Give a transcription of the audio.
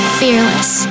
fearless